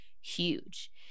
huge